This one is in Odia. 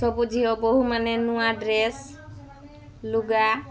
ସବୁ ଝିଅ ବୋହୂମାନେ ନୂଆ ଡ୍ରେସ ଲୁଗା